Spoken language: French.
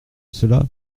cela